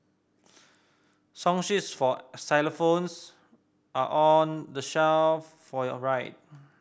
song sheets for xylophones are on the shelf for your right